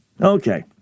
okay